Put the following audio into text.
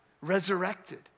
resurrected